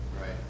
right